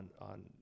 on